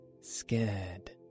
scared